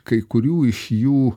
kai kurių iš jų